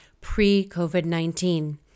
pre-COVID-19